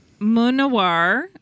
Munawar